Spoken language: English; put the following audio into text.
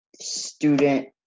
student